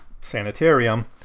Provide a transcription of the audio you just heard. sanitarium